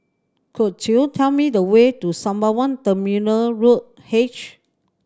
could you tell me the way to Sembawang Terminal Road H